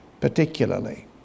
Particularly